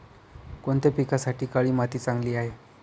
कोणत्या पिकासाठी काळी माती चांगली आहे?